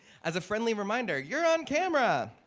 as a friendly reminder, you're on camera!